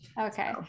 Okay